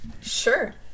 Sure